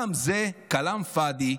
גם זה כלאם פאדי.